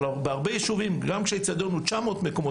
בהרבה יישובים גם כשהאצטדיון מכיל 900 מקומות